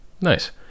Nice